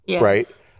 right